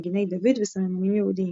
מגיני דוד וסממנים יהודיים.